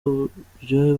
uburyohe